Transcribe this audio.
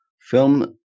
film